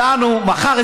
יענו מחר,